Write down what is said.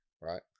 right